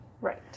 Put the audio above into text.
Right